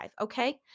Okay